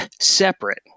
separate